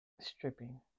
stripping